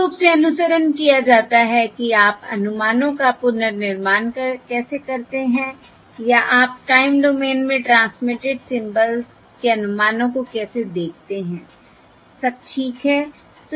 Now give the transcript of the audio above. मूल रूप से अनुसरण किया जाता है कि आप अनुमानों का पुनर्निर्माण कैसे करते हैं या आप टाइम डोमेन में ट्रांसमिटेड सिम्बल्स के अनुमानों को कैसे देखते हैं सब ठीक है